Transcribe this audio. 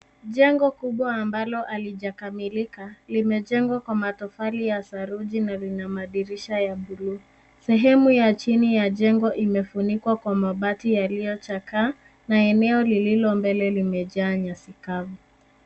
Jengo kubwa ambalo halijakamilika limejengwa kwa matofali ya saruji na lina madirisha ya buluu. Sehemu ya chini ya jengo imefunikwa kwa mabati yaliyo chakaa na eneo lililo mbele, limejaa nyasi kavu.